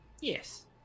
Yes